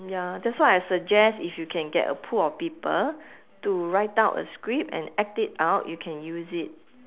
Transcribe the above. ya that's why I suggest if you can get a pool of people to write out a script and act it out you can use it